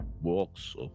walks